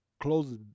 close